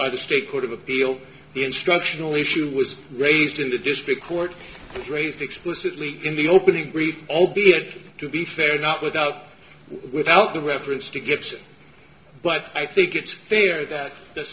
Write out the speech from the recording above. by the state court of appeal the instructional issue was raised in the district court and raised explicitly in the opening we all did to be fair not without without the reference to gets but i think it's fair that the